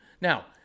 Now